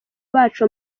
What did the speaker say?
bacu